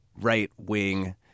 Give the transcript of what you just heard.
right-wing